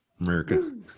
america